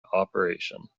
operation